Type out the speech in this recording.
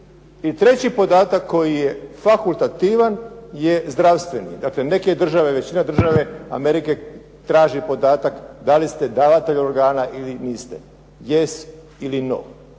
treći podatak koji je fakultativan je zdravstveni. Dakle, neke države već, ne države Amerike traže podatak da li ste davatelj organa ili niste, yes ili no.